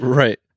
right